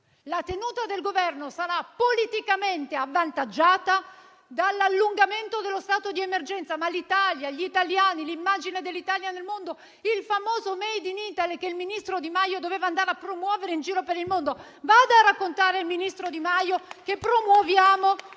La tenuta del Governo sarà politicamente avvantaggiata dal prolungamento dello stato di emergenza ma non l'Italia, gli italiani, l'immagine dell'Italia nel mondo, il famoso *made in Italy* che il ministro Di Maio doveva andare a promuovere in giro per il mondo. Vada a raccontare il ministro Di Maio che promuoviamo